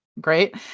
Great